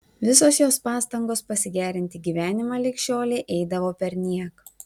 visos jos pastangos pasigerinti gyvenimą lig šiolei eidavo perniek